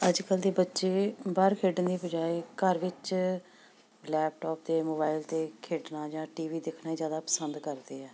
ਅੱਜ ਕੱਲ੍ਹ ਦੇ ਬੱਚੇ ਬਾਹਰ ਖੇਡਣ ਦੀ ਬਜਾਇ ਘਰ ਵਿੱਚ ਲੈਪਟੋਪ ਅਤੇ ਮੋਬਾਇਲ 'ਤੇ ਖੇਡਣਾ ਜਾਂ ਟੀ ਵੀ ਦੇਖਣਾ ਜ਼ਿਆਦਾ ਪਸੰਦ ਕਰਦੇ ਆ